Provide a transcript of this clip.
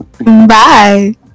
Bye